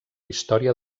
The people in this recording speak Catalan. història